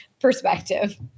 perspective